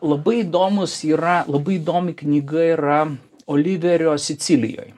labai įdomus yra labai įdomi knyga yra oliverio sicilijoj